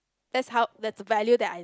that's how that's the value that I